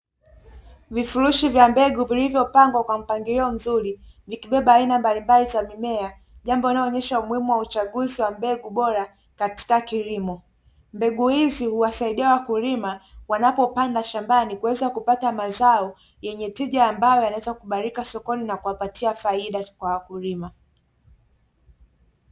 Vifurushi vya mbegu vilivyopangwa kwa mpangilio mzuri, vikibeba aina mbalimbali za mimea, jambo linalo onyesha umuhimu wa uchaguzi wa mbegu bora katika kilimo. Mbegu hizi huwasaidia wakulima wanapopanda shambani kuweza kupata mazao yenye tija ambayo yanaweza kukubalika sokoni na kuwapatia faida kwa wakulima.